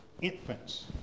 infants